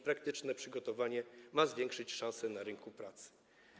Praktyczne przygotowanie ma zwiększyć szanse na rynku pracy.